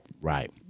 right